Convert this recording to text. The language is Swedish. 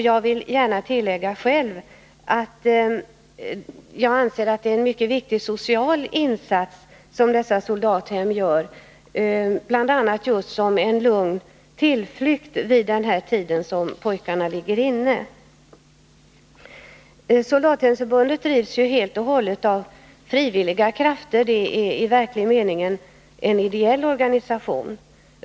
Jag vill gärna tillägga att jag själv anser att det är en mycket viktig social insats som dessa soldathem gör, bl.a. just som en lugn tillflykt vid den tid då pojkarna ligger inne. Soldathemsförbundet drivs helt och hållet av frivilliga krafter — det är en i verklig mening ideell organisation.